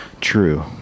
true